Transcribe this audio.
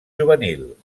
juvenil